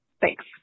Thanks